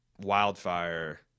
wildfire